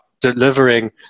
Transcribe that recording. delivering